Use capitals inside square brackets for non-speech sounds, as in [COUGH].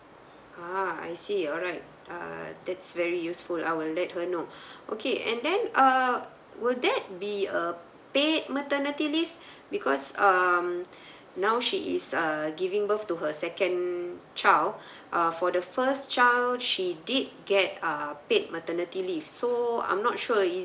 ah I see alright err that's very useful I will let her know [BREATH] okay and then err would that be a paid maternity leave because um [BREATH] now she is uh giving birth to her second child [BREATH] uh for the first child she did get uh paid maternity leave so I'm not sure is